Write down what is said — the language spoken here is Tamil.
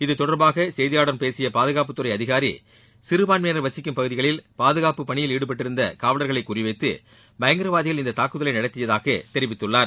இத்தொடர்பாக செய்தியாளர்களிடம் பேசிய பாதுகாப்புத்துறை அதிகாரி சிறபான்மையினர் வசிக்கும் பகுதிகளில் பாதுகாப்புப் பணியில் ஈடுபட்டிருந்த காவலர்களை குறிவைத்து பயங்கரவாதிகள் இந்தத் தாக்குதலை நடத்தியதாக தெரிவித்துள்ளார்